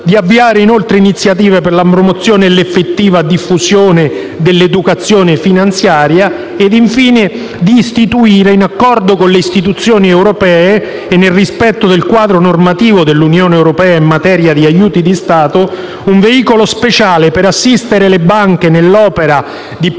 ad avviare iniziative per la promozione e l'effettiva diffusione dell'educazione finanziaria; infine, a istituire, in accordo con le istituzioni dell'Unione europea e nel rispetto del quadro normativo dell'Unione europea in materia di aiuti di Stato, un veicolo speciale per assistere le banche nell'opera di pulizia